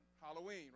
Halloween